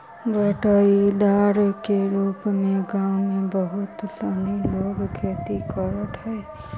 बँटाईदार के रूप में गाँव में बहुत सनी लोग खेती करऽ हइ